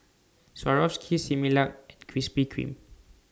Swarovski Similac and Krispy Kreme